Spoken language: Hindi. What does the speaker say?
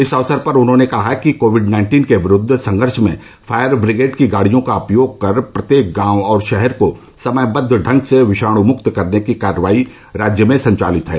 इस अवसर पर उन्होंने कहा कि कोविड नाइन्टीन के विरूद्व संघर्ष में फायर ब्रिगेड की गाड़ियों का उपयोग कर प्रत्येक गांव और शहर को समयबद्व ढंग से विषाणु मुक्त करने की कार्रवाई राज्य में संचालित है